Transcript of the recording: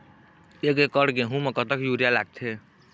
एक एकड़ गेहूं म कतक यूरिया लागथे?